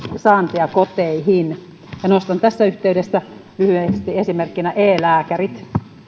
saantia koteihin ja nostan tässä yhteydessä lyhyesti esimerkkinä e lääkärit